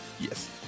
Yes